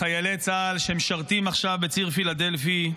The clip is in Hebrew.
לחיילי צה"ל שמשרתים עכשיו בציר פילדלפי,